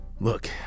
Look